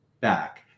back